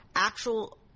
actual